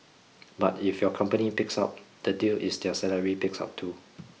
but if your company picks up the deal is their salary picks up too